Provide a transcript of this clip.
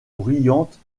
bruyantes